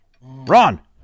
Ron